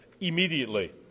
immediately